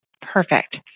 Perfect